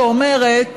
שאומרת: